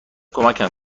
کمکم